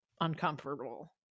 uncomfortable